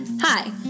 Hi